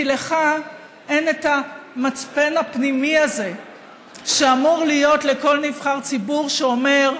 כי לך אין את המצפן הפנימי הזה שאמור להיות לכל נבחר ציבור שאומר: